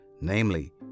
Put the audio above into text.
namely